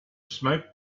smoke